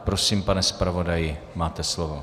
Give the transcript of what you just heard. Prosím, pane zpravodaji, máte slovo.